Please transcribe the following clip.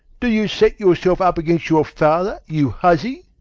do you set yourself up against your father, you hussy?